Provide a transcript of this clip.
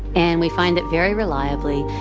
and we find that, very reliably,